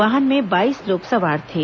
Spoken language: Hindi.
वाहन में बाईस लोग सवार थे